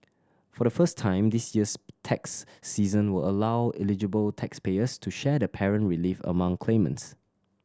for the first time this year's tax season will allow eligible taxpayers to share the parent relief among claimants